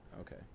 okay